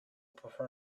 prefer